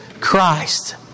Christ